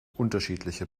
unterschiedliche